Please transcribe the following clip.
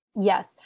yes